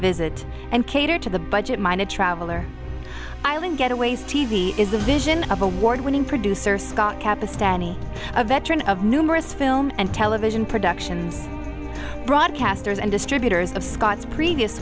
visit and cater to the budget minded traveller island getaways t v is the vision of award winning producer scott kappa stanny a veteran of numerous film and television productions broadcasters and distributors of scott's previous